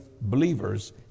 believers